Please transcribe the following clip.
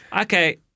Okay